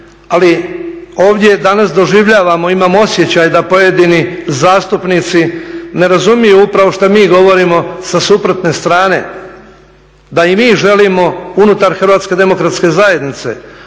Ali ovdje danas doživljavamo imam osjećaj da pojedini zastupnici ne razumiju upravo šta mi govorimo sa suprotne strane, da i mi želimo unutar HDZ-a provesti ovaj